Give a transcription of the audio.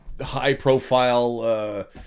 high-profile